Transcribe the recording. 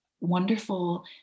wonderful